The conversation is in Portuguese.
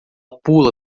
pula